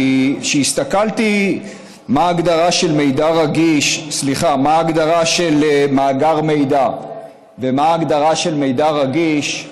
כי כשהסתכלתי מה ההגדרה של מאגר מידע ומה ההגדרה של מידע רגיש,